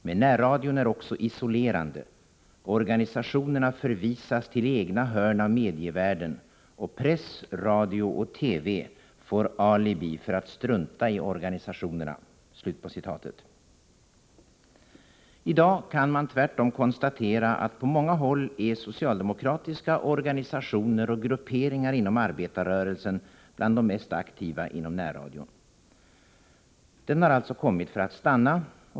Men närradion är också isolerande. Organisationerna förvisas till egna hörn av medievärlden, och press, radio och TV får alibi för att strunta i organisationerna.” I dag kan man på många håll tvärtom konstatera att socialdemokratiska organisationer och grupperingar inom arbetarrörelsen är bland de mest aktiva inom närradion. Närradion har alltså kommit för att stanna.